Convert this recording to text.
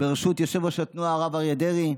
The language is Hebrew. בראשות יושב-ראש התנועה הרב אריה דרעי.